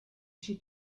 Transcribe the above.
she